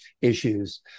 issues